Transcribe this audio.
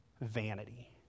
vanity